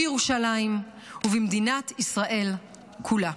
בירושלים ובמדינת ישראל כולה.